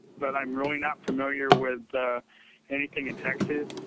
but i'm really not familiar with anything in texas.